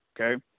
Okay